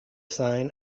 sign